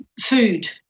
food